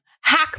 hack